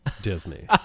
Disney